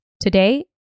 Today